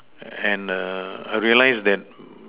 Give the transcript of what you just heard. and err I realize that